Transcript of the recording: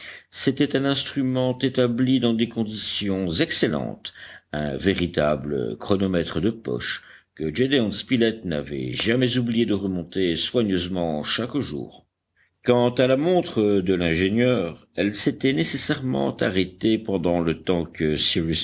c'était un instrument établi dans des conditions excellentes un véritable chronomètre de poche que gédéon spilett n'avait jamais oublié de remonter soigneusement chaque jour quant à la montre de l'ingénieur elle s'était nécessairement arrêtée pendant le temps que